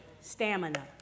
Stamina